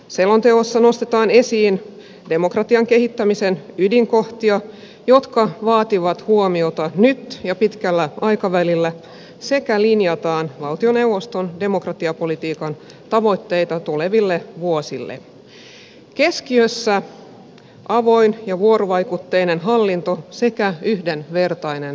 selonteossa nostetaan esiin demokratian kehittämisen ydinkohtia jotka vaativat huomiota nyt ja pitkällä aikavälillä sekä linjataan valtioneuvoston demokratiapolitiikan tavoitteita tuleville vuosille keskiössä avoin ja vuorovaikutteinen hallinto sekä yhdenvertainen osallistuminen